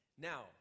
Now